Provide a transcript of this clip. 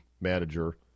manager